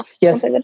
yes